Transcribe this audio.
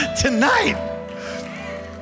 tonight